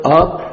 up